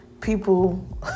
people